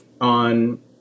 on